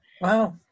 Wow